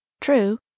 True